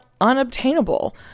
unobtainable